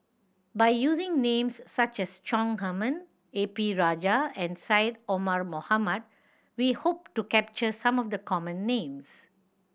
by using names such as Chong Heman A P Rajah and Syed Omar Mohamed we hope to capture some of the common names